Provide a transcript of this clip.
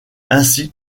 ainsi